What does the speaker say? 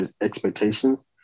expectations